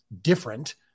different